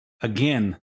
again